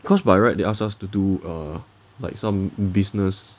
cause by right they ask us to do err like some business